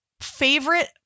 favorite